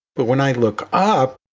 but when i look up,